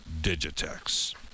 Digitex